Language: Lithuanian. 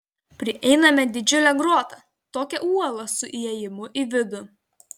prieiname didžiulę grotą tokią uolą su įėjimu į vidų